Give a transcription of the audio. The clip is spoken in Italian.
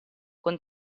con